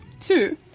Two